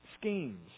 schemes